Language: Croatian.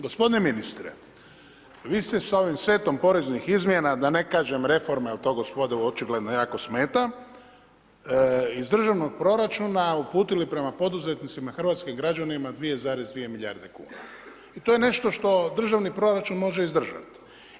Gospodine ministre, vi ste sa ovim setom poreznih izmjena, da ne kažem reforma jer to gospodu očigledno jako smeta, iz državnog proračuna uputili prema poduzetnicima hrvatskim građanima 2,2 milijarde kuna. i to je nešto što državni proračun može izdržat.